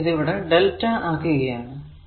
നാം ഇത് ഇവിടെ Δ ആക്കുകയാണ്